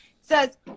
says